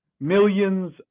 millions